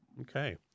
Okay